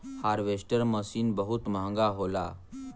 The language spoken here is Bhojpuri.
हारवेस्टर मसीन बहुत महंगा होला